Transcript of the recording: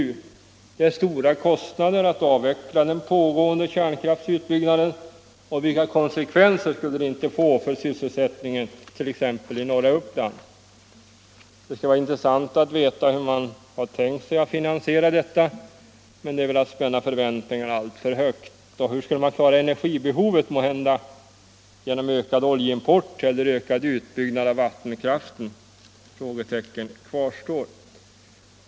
Det innebär stora kostnader att avveckla den pågående kärnkraftsutbyggnaden, och vilka konsekvenser skulle det inte få för sysselsättningen i t.ex. norra Uppland. Det skulle vara intressant att veta hur man har tänkt sig att finansiera detta, men att räkna med att få en redogörelse för det är väl att spänna förväntningarna alltför högt. Och hur skall man klara energibehovet? — Måhända genom ökad oljeimport eller ökad utbyggnad av vattenkraften? Frågetecknen kvarstår.